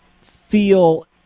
feel